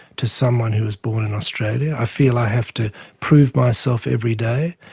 to someone who was born in australia. i feel i have to prove myself every day,